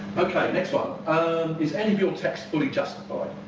ok. next one. um is any of your text fully justified?